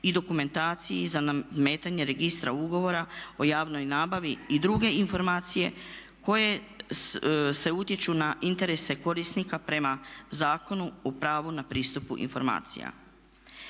i dokumentaciji za nametanje registra ugovora o javnoj nabavi i druge informacije koje utječu na interese korisnika prema Zakonu o pravu na pristup informacija.